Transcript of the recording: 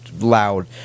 loud